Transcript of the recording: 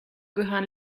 gehören